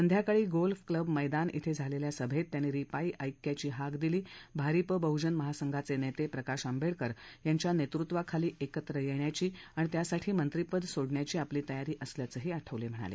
सायंकाळी golf club मैदान येथे झालेल्या सभेत त्यांनी रिपाइं ऐक्याची हाक दिली भारिप बहुजन महासंघाचे नेते प्रकाश आंबेडकर यांच्या नेतृत्वाखाली एकत्र येण्याची आणि त्यासाठी मंत्रिपद सोडण्याची आपली तयारी असल्याचंही आठवले म्हणाले